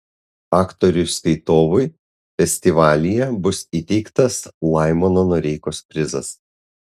aktoriui skaitovui festivalyje bus įteiktas laimono noreikos prizas